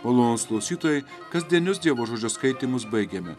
malonūs klausytojai kasdienius dievo žodžio skaitymus baigėme